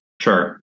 Sure